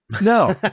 No